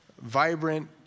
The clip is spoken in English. vibrant